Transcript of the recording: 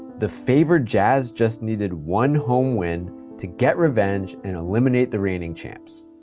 the favored jazz just needed one home win to get revenge and eliminate the reigning champs.